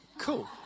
cool